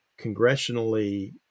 congressionally